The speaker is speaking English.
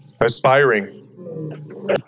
Aspiring